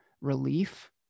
relief